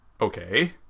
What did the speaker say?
okay